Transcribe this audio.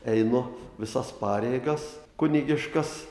einu visas pareigas kunigiškas